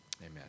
amen